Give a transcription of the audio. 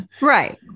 Right